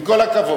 עם כל הכבוד.